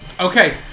Okay